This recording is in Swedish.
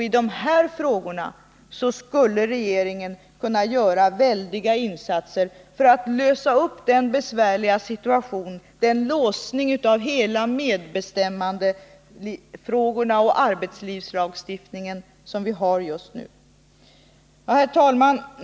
I de här frågorna skulle regeringen kunna göra väldiga insatser för att lösa upp den be: rliga situation, den låsning av medbestämmandefrågorna och hela arbetslivslagstiftningen som vi nu har fastnat i. Herr talman!